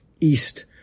east